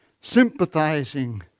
sympathizing